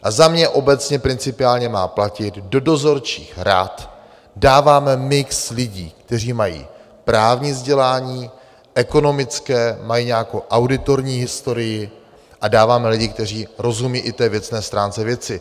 A za mě obecně principiálně má platit: do dozorčích rad dáváme mix lidí, kteří mají právní vzdělání, ekonomické, mají nějakou auditorní historii, a dáváme lidi, kteří rozumí i věcné stránce věci.